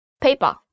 paper